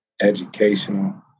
educational